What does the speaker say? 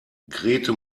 grete